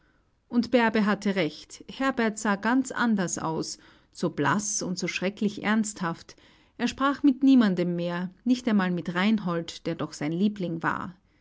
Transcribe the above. und bärbe hatte recht herbert sah ganz anders aus so blaß und so schrecklich ernsthaft er sprach mit niemand mehr nicht einmal mit reinhold der doch sein liebling war